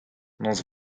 noz